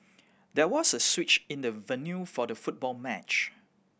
there was a switch in the venue for the football match